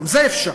גם זה אפשרי,